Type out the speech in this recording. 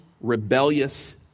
rebellious